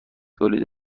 تولید